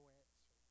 answer